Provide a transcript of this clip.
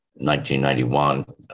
1991